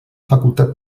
facultat